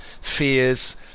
fears